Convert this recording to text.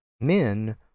Men